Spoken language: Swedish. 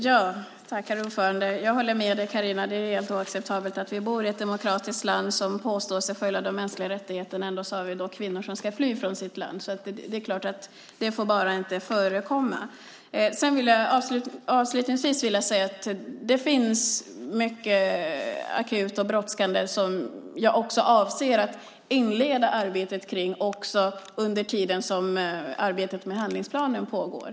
Herr talman! Jag håller med dig, Carina. Det är helt oacceptabelt att vi bor i ett demokratiskt land som påstår sig följa de mänskliga rättigheterna och att det ändå finns kvinnor som ska fly från sitt land. Det är klart att det inte får förekomma. Avslutningsvis vill jag säga att det finns mycket som är akut och brådskande, och jag avser att inleda arbetet med det också under tiden som arbetet med handlingsplanen pågår.